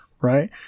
right